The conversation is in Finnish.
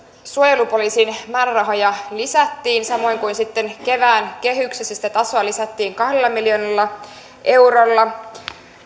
suojelupoliisin määrärahoja lisättiin samoin kuin sitten kevään kehyksissä sitä tasoa lisättiin kahdella miljoonalla eurolla